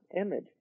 image